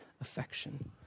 affection